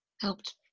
Helped